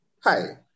hi